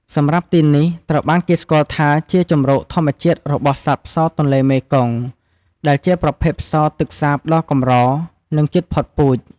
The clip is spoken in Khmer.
សម្រាប់ទីនេះត្រូវបានគេស្គាល់ថាជា ជម្រកធម្មជាតិរបស់សត្វផ្សោតទន្លេមេគង្គដែលជាប្រភេទផ្សោតទឹកសាបដ៏កម្រ និងជិតផុតពូជ ។